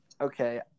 Okay